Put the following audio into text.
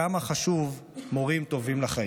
כמה חשובים מורים טובים לחיים.